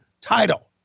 title